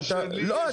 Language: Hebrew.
לא,